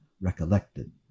recollected